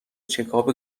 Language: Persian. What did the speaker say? چکاپ